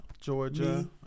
Georgia